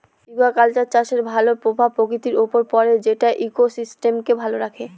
aquaculture চাষের ভালো প্রভাব প্রকৃতির উপর পড়ে যেটা ইকোসিস্টেমকে ভালো রাখে